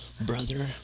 brother